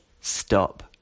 Stop